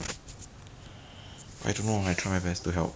but 你们你也是没有问 secure anything one